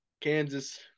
Kansas